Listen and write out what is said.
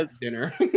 dinner